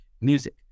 music